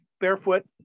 barefoot